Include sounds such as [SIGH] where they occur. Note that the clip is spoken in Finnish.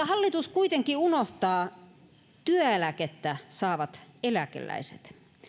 [UNINTELLIGIBLE] hallitus kuitenkin unohtaa työeläkettä saavat eläkeläiset